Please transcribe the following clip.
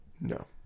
No